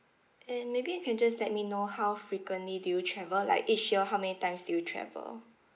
and maybe you can just let me know how frequently do you travel like each year how many times do you travel